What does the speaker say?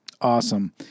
Awesome